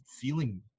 feeling